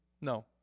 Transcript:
No